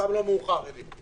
אף פעם לא מאוחר, אלי.